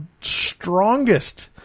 strongest